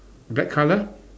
black colour